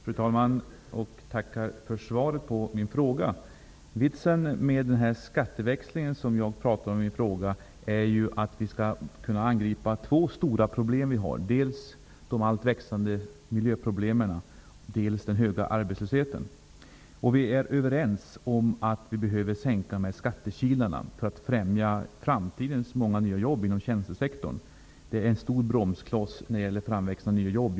Fru talman! Jag tackar för svaret på min fråga. Vitsen med den skatteväxling som jag pratar om i min fråga är ju att vi skall kunna angripa två stora problem, dels de växande miljöproblemen, dels den höga arbetslösheten. Vi är överens om att vi behöver minska skattekilarna för att främja framtidens många nya jobb inom tjänstesektorn. Just de stora skattekilarna är en stor bromskloss när det gäller framväxten av nya jobb.